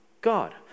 God